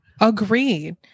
Agreed